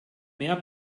mehr